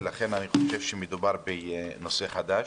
ולכן אני חושב שמדובר בנושא חדש.